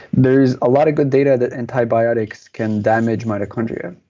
there's a lot of good data that antibiotics can damage mitochondria.